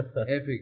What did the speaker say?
epic